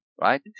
right